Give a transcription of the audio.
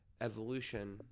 evolution